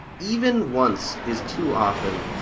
even once is too often.